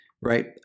right